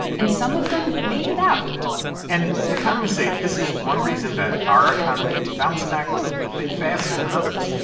and some of them made it out and economists say this is one reason that our economy bounced back a bit faster than others.